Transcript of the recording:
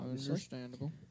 Understandable